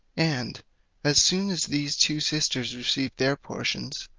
and as soon as these two sisters received their portions,